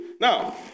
Now